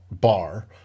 bar